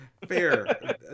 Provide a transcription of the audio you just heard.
Fair